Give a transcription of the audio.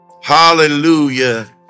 Hallelujah